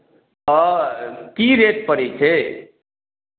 हँ की रेट पड़ै छै